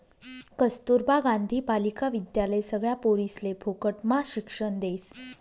कस्तूरबा गांधी बालिका विद्यालय सगळ्या पोरिसले फुकटम्हा शिक्षण देस